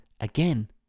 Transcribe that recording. again